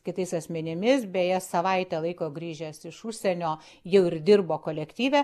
kitais asmenimis beje savaitę laiko grįžęs iš užsienio jau ir dirbo kolektyve